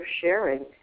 sharing